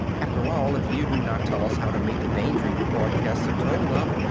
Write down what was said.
after all, if you do not tell us how to meet the danger your broadcasts have told of,